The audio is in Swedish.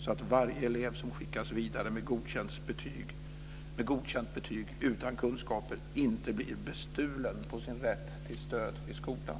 så att ingen elev som skickas vidare med godkänt betyg utan kunskaper blir bestulen på sin rätt till stöd i skolan?